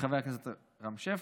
חבר הכנסת רם שפע,